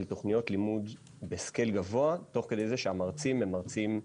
תכניות לימוד בסקייל גבוה תוך כדי זה שהמרצים הם מרצים בלייב,